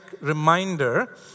reminder